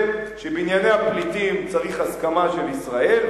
שבענייני הפליטים צריך הסכמה של ישראל,